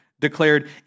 declared